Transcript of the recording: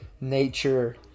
nature